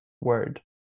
word